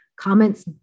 comments